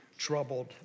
troubled